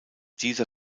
dieser